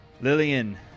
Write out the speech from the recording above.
Lillian